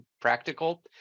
practical